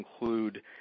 include